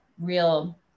real